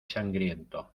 sangriento